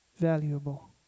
valuable